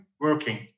working